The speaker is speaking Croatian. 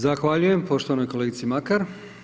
Zahvaljujem poštovanoj kolegici Makar.